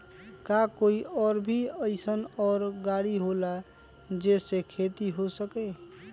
का कोई और भी अइसन और गाड़ी होला जे से खेती हो सके?